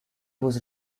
was